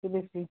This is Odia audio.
ତିରିଶ